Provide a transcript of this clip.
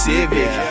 Civic